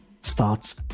starts